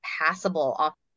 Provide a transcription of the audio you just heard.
passable